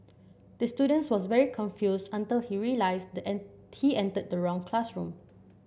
the student was very confused until he realised he entered the wrong classroom